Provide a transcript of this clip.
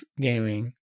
gaming